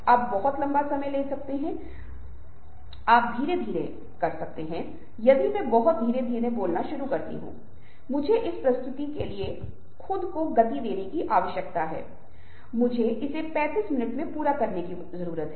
इसलिए इन परिवर्तनों से इन छोटी चीजों में एक महत्वपूर्ण अंतर आता है और किसी को उस संस्कृति के बारे में बहुत व्यापक होने की आवश्यकता होती है जिसके भीतर एक संचार कर रहा है